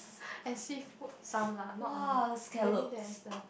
and seafood some lah not a lot maybe there is the